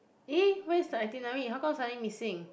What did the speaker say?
eh where's my itinerary how come suddenly missing